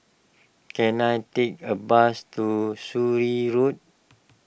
can I take a bus to Surin Road